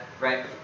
right